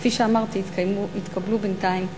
כפי שאמרתי, התקבלו בינתיים ההסכמות,